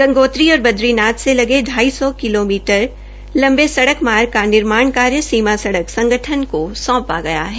गंगोत्री और बद्रीनाथ से लगे ाई सौ किलोमीटर लंबे स्ड़क मार्ग का निर्माण सीमा सड़क संगठन को सौंपा गया है